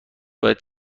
باید